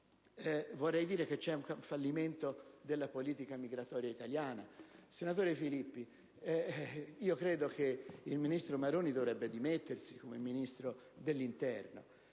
vorrei sottolineare il fallimento della politica migratoria italiana. Al senatore Filippi dico che il ministro Maroni dovrebbe dimettersi come ministro dell'interno.